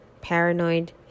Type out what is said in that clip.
paranoid